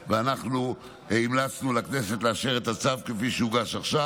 ואנחנו המלצנו לכנסת לאשר את הצו כפי שהוגש עכשיו